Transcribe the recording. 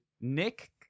Nick